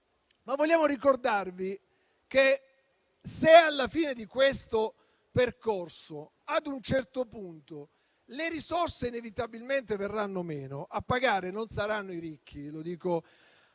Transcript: Vogliamo ricordarvi che, se alla fine di questo percorso ad un certo punto le risorse inevitabilmente verranno meno, a pagare non saranno i ricchi. E lo dico